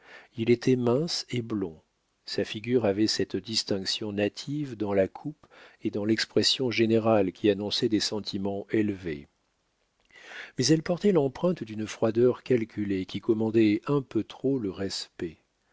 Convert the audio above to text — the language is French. il était mince et blond sa figure avait cette distinction native dans la coupe et dans l'expression générale qui annonçait les sentiments élevés mais elle portait l'empreinte d'une froideur calculée qui commandait un peu trop le respect